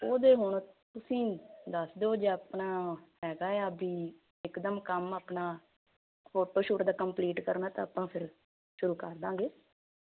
ਉਹਦੇ ਤੁਸੀਂ ਦੱਸ ਦਿਓ ਜੇ ਆਪਣਾ ਹੈਗਾ ਆ ਬੀ ਇਕਦਮ ਕੰਮ ਆਪਣਾ ਫੋਟੋਸ਼ੂਟ ਦਾ ਕੰਪਲੀਟ ਕਰਨਾ ਤਾਂ ਆਪਾਂ ਫਿਰ ਸ਼ੁਰੂ ਕਰ ਦਾਂਗੇ